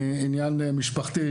מעניין משפחתי,